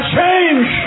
change